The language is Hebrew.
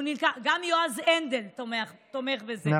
גם יועז הנדל תומך בזה.